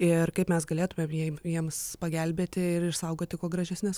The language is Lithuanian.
ir kaip mes galėtumėm jiem jiems pagelbėti ir išsaugoti kuo gražesnes